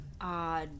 Odd